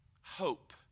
hope